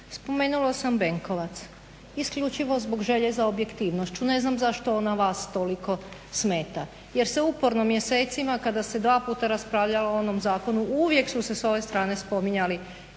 spomenula sam Benkovac isključivo zbog želje za objektivnošću. Ne znam zašto ona vas toliko smeta jer se uporno mjesecima kada se dva puta raspravljalo o onom zakonu uvijek su se s ove strane spominjali